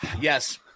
Yes